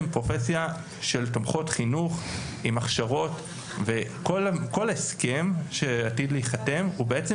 פרופסיה של תומכות חינוך עם הכשרות וכל הסכם שעתיד להיחתם הוא בעצם